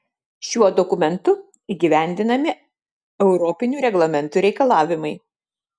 šiuo dokumentu įgyvendinami europinių reglamentų reikalavimai